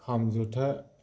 खाम जथा